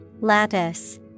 Lattice